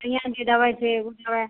जे दवाइ छै ओ दवाइ